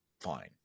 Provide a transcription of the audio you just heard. fine